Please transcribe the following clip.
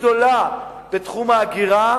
גדולה בתחום ההגירה,